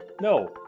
no